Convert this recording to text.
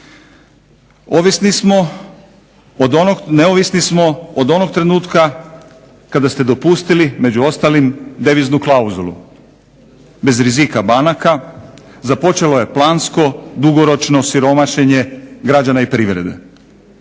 neovisni smo od onog trenutka kada ste dopustili među ostalim deviznu klauzulu. Bez rizika banaka započelo je plansko, dugoročno siromašenje građana i privrede.